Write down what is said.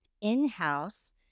in-house